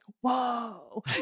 Whoa